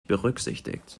berücksichtigt